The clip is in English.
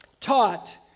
taught